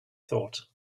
thought